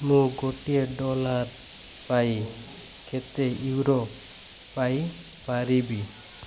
ମୁଁ ଗୋଟିଏ ଡଲାର୍ ପାଇଁ କେତେ ୟୁରୋ ପାଇ ପାରିବି